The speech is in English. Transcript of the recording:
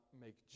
make